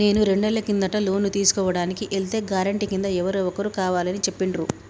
నేను రెండేళ్ల కిందట లోను తీసుకోడానికి ఎల్తే గారెంటీ కింద ఎవరో ఒకరు కావాలని చెప్పిండ్రు